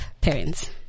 parents